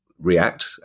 react